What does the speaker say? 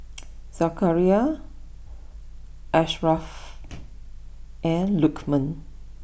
Zakaria Asharaff and Lukman